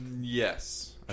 Yes